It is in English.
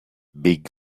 big